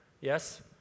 Yes